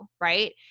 right